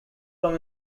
from